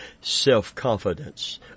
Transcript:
self-confidence